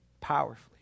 powerfully